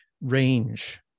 range